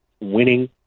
winning